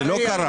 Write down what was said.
זה לא קרה.